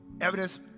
evidence